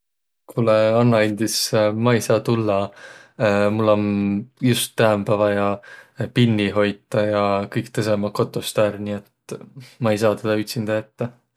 Kuulõq, annaq andis, ma ei saaq tullaq! Mul om just täämbä vaia pinni hoitaq ja kõik tõsõq ommaq kotost ärq. Nii et ma ei saaq tedä ütsindä jättäq.